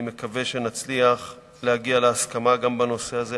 אני מקווה שנצליח להגיע להסכמה גם בנושא הזה.